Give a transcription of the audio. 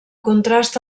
contrast